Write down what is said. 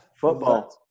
Football